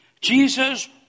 Jesus